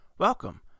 Welcome